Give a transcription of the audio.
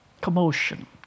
commotion